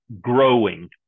growing